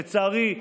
לצערי,